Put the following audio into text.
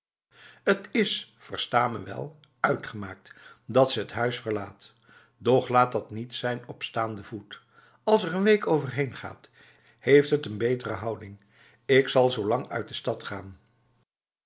het is versta me wel uitgemaakt dat ze het huis verlaat doch laat dat niet zijn op staande voet als er een week overheen gaat heeft het een betere houding ik zal zolang uit de stad gaan